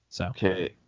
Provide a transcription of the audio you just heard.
Okay